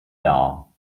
dar